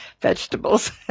vegetables